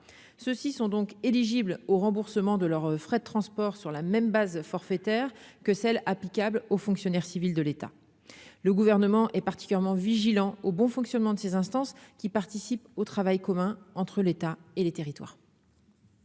ceux-ci sont donc éligibles au remboursement de leurs frais de transport, sur la même base forfaitaire que celles applicables aux fonctionnaires civils de l'État, le gouvernement est particulièrement vigilants au bon fonctionnement de ces instances qui participent au travail commun entre l'État et les territoires.